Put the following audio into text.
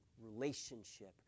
relationship